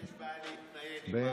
יום קשה, ערב קשה.